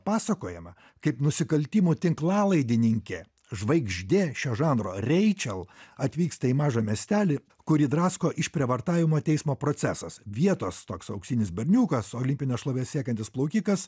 pasakojama kaip nusikaltimo tinklalaidininkė žvaigždė šio žanro reičel atvyksta į mažą miestelį kurį drasko išprievartavimo teismo procesas vietos toks auksinis berniukas olimpinės šlovės siekiantis plaukikas